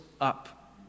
up